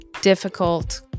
difficult